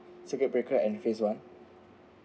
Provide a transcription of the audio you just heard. circuit breaker and the phased one